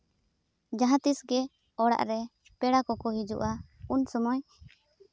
ᱡᱟᱦᱟᱸ ᱛᱤᱥ ᱜᱮ ᱚᱲᱟᱜ ᱨᱮ ᱯᱮᱲᱟ ᱠᱚᱠᱚ ᱦᱤᱡᱩᱜᱼᱟ ᱩᱱ ᱥᱚᱢᱚᱭ